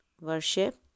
Worship